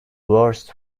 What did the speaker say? worst